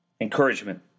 encouragement